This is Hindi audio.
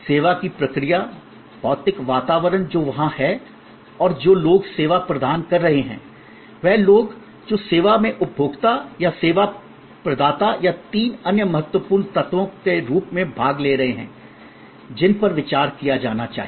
सेवा की प्रक्रिया भौतिक वातावरण जो वहां है और जो लोग सेवा प्रदान कर रहे हैं वे लोग जो सेवा में उपभोक्ता या सेवा प्रदाता या तीन अन्य महत्वपूर्ण तत्वों के रूप में भाग ले रहे हैं जिन पर विचार किया जाना चाहिए